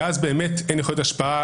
ואז באמת אין יכולת השפעה על עורכי הדין.